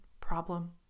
problem